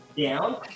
Down